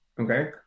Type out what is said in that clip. Okay